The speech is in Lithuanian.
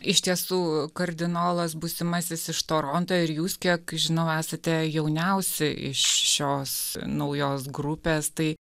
iš tiesų kardinolas būsimasis iš toronto ir jūs kiek žinau esate jauniausi iš šios naujos grupės tai